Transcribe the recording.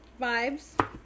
vibes